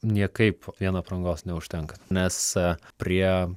niekaip vien aprangos neužtenka nes prie